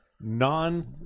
non